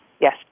Yes